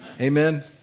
Amen